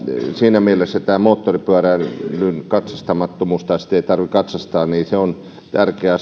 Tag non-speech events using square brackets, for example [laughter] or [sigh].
siinä mielessä se että moottoripyöriä ei tarvitse katsastaa on tärkeä [unintelligible]